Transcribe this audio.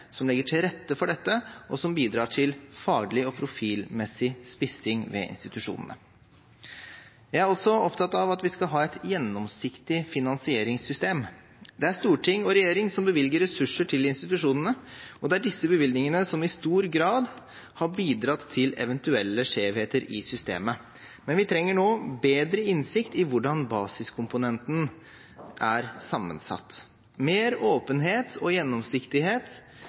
som legger til rette for dette, og som bidrar til faglig og profilmessig spissing ved institusjonene. Jeg er også opptatt av at vi skal ha et gjennomsiktig finansieringssystem. Det er storting og regjering som bevilger ressurser til institusjonene, og det er disse bevilgningene som i stor grad har bidratt til eventuelle skjevheter i systemet, men vi trenger nå bedre innsikt i hvordan basiskomponenten er sammensatt. Mer åpenhet og gjennomsiktighet